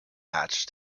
hatch